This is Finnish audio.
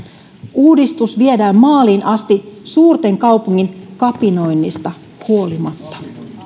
uudistus viedään maaliin asti suurten kaupunkien kapinoinnista huolimatta